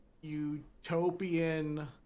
utopian